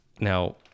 now